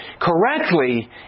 correctly